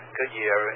Goodyear